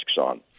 on